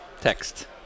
Text